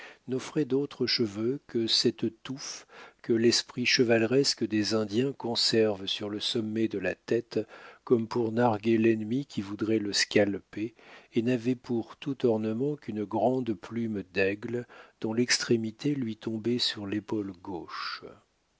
n'offrait d'autres cheveux que cette touffe que l'esprit chevaleresque des indiens conserve sur le sommet de la tête comme pour narguer l'ennemi qui voudrait le scalpé et n'avait pour tout ornement qu'une grande plume d'aigle dont l'extrémité lui tombait sur l'épaule gauche